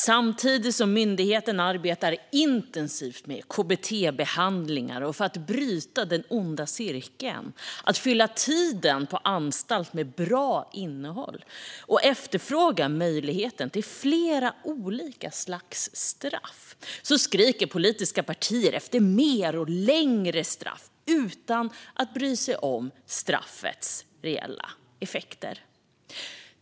Samtidigt som myndigheten arbetar intensivt med KBT-behandlingar och för att bryta den onda cirkeln och fylla tiden på anstalt med bra innehåll och efterfrågar möjligheter till flera olika slags straff skriker politiska partier efter mer och längre straff utan att bry sig om straffets reella effekter.